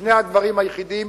בשני הדברים היחידים,